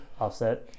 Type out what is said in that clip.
Offset